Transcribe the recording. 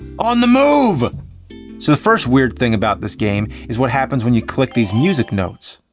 on the move! so the first weird thing about this game is what happens when you click these music notes.